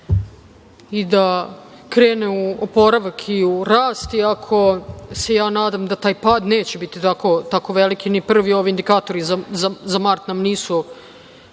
i da krene u oporavak i u rast, iako se ja nadam da taj pad neće biti tako veliki, ni prvi ovi indikatori za mart nam nisu